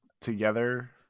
together